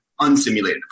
unsimulated